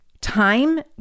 time